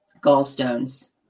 gallstones